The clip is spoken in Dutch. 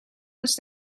was